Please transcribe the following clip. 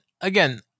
again